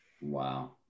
Wow